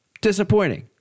disappointing